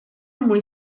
muy